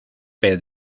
pez